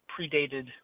predated